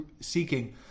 seeking